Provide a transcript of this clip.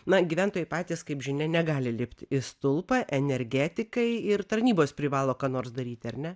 na gyventojai patys kaip žinia negali lipt į stulpą energetikai ir tarnybos privalo ką nors daryti ar ne